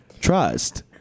trust